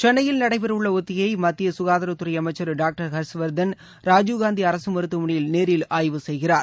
சென்னையில் நடைபெறவுள்ள ஒத்திகையை மத்திய சுகாதாரத்துறை அமைச்சர் டாக்டர் ஹர்ஷ்வர்தன் ராஜீவ்காந்தி அரசு மருத்துவமனையில் நேரில் ஆய்வு செய்கிறார்